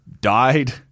died